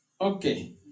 Okay